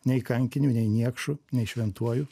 nei kankiniu nei niekšu nei šventuoju